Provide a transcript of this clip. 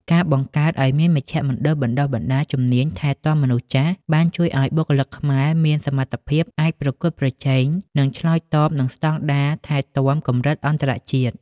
ការបង្កើតឱ្យមានមជ្ឈមណ្ឌលបណ្តុះបណ្តាលជំនាញថែទាំមនុស្សចាស់ បានជួយឱ្យបុគ្គលិកខ្មែរមានសមត្ថភាពអាចប្រកួតប្រជែង និងឆ្លើយតបនឹងស្តង់ដារថែទាំកម្រិតអន្តរជាតិ។